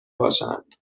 باشند